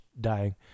dying